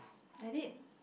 I did